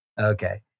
Okay